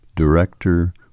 Director